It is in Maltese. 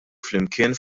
flimkien